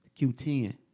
Q10